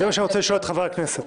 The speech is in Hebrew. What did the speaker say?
זה מה שאני רוצה לשאול את חברי הכנסת.